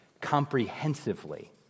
comprehensively